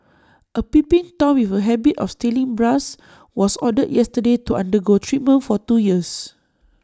A peeping Tom with A habit of stealing bras was ordered yesterday to undergo treatment for two years